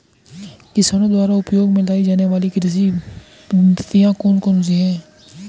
किसानों द्वारा उपयोग में लाई जाने वाली कृषि पद्धतियाँ कौन कौन सी हैं?